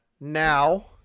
now